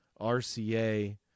RCA